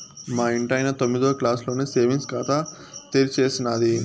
మా ఇంటాయన తొమ్మిదో క్లాసులోనే సేవింగ్స్ ఖాతా తెరిచేసినాది